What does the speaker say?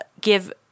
give